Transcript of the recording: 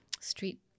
street